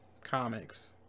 comics